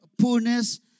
poorness